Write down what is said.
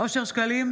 אושר שקלים,